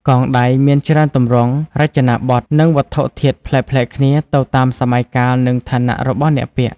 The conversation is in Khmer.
កងដៃ មានច្រើនទម្រង់ រចនាបថ និងវត្ថុធាតុប្លែកៗគ្នា ទៅតាមសម័យកាល និងឋានៈរបស់អ្នកពាក់។